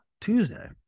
Tuesday